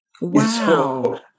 Wow